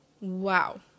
Wow